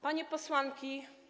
Panie Posłanki!